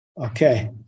Okay